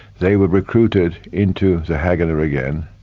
they were recruited into the haganah again,